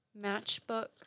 matchbook